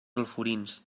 alforins